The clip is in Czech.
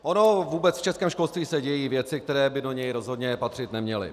Ony se v českém školství dějí věci, které by do něj rozhodně patřit neměly.